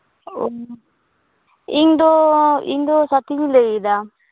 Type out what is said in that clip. ᱚ ᱤᱧᱫᱚ ᱤᱧᱫᱚ ᱥᱟᱛᱷᱤᱧ ᱞᱟᱹᱭᱫᱟ